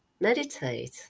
meditate